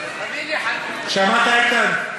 שמעת, איתן?